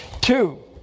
Two